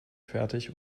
fertig